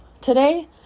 today